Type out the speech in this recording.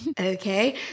okay